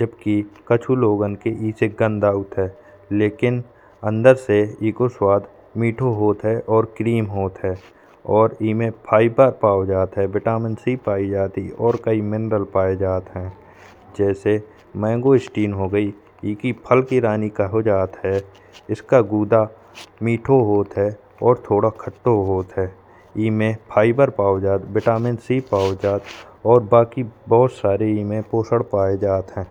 जबकि काफी लोगों के इसे गंध अउत हैं। लेकिन अंदर से इसे स्वाद मीठो होत है, और क्रीम होत है और इमे फाइबर पाओ जात है। विटामिन सी पाओ जात ही और कई मिनरल पाए जात हैं। जैसे मैंगो स्टीन हो गईं, इसे फल की रानी कहा जात है। इसका गूदा मीठो होत है और थोड़ा खट्टो होत है। इमे फाइबर पाओ जात विटामिन सी पाओ जात और बाकी बहुत सारी इमे पोषद इमे पोषद पाए जात है।